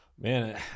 Man